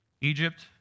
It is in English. Egypt